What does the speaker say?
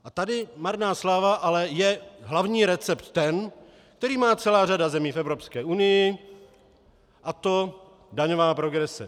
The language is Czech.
A tady, marná sláva, ale je hlavní recept ten, který má řada zemí v Evropské unii, a to daňová progrese.